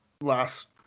last